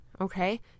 Okay